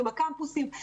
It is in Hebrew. עם הקמפוסים,